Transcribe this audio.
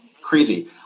Crazy